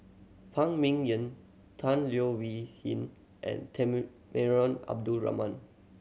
Phan Ming Yen Tan Leo Wee Hin and Temenggong Abdul Rahman